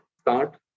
start